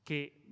Che